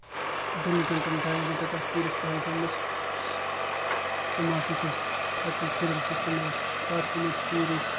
دۄن گنٛٹن ڈاین گنٛٹن تانۍ پھیٖرۍ أسۍ پہلگامَس تِماشہٕ وٕچھنس لۄکٹٮ۪ن شُرٮ۪ن وٕچھنَس تَماشہٕ پارکَو منٛز پھیٖرۍ أسۍ